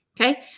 okay